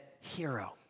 hero